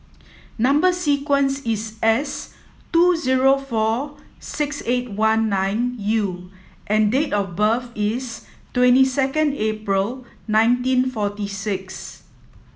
number sequence is S two zero four six eight one nine U and date of birth is twenty second April nineteen forty six